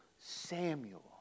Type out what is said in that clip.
Samuel